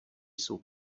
jsou